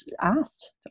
asked